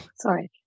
sorry